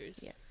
Yes